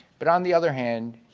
but on the other hand,